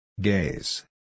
Gaze